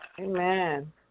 Amen